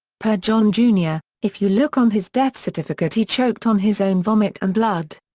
per john jr, if you look on his death certificate he choked on his own vomit and blood.